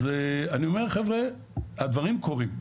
אז אני אומר חבר'ה הדברים קורים.